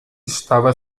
estava